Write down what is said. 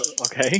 Okay